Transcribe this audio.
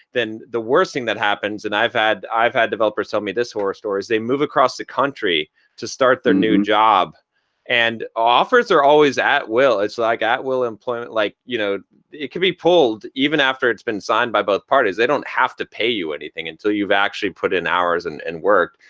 then the worst thing that happens and i've had i've had developers tell me this horror stories. they move across the country to start their new job and offers are always at will. it's like at-will employment. like you know it can be pulled even after it's been signed by both parties. they don't have to pay you anything until you've actually put in hours and and work.